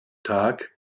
tag